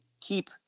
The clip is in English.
keep